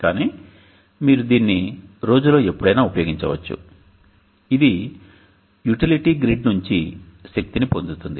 కాని మీరు దీన్ని రోజులో ఎప్పుడైనా ఉపయోగించవచ్చు ఇది యుటిలిటీ గ్రిడ్ నుండి శక్తిని పొందుతుంది